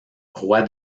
roi